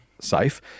safe